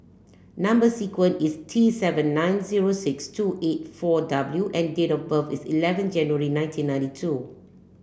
number sequence is T seven nine zero six two eight four W and date of birth is eleven January nineteen ninety two